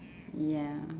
ya